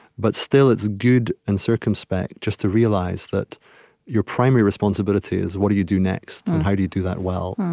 but still, it's good and circumspect just to realize that your primary responsibility is what do you do next, and how do you do that well.